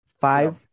Five